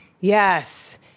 Yes